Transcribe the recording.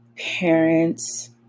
parents